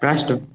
প্ৰাইছটো